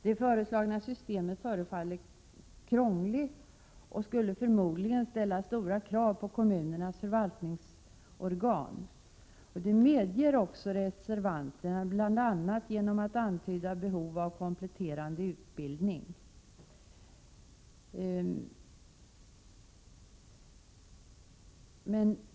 Det föreslagna systemet förefaller krångligt och skulle förmodligen ställa stora krav på kommunernas förvaltningsorgan. Detta medger också reservanterna, bl.a. genom att antyda behov av kompletterande utbildning.